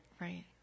Right